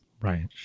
Right